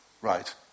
right